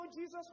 Jesus